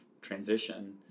transition